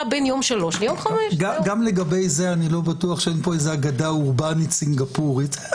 אני לא בטוח שאין פה אגדה אורבנית סינגפורית.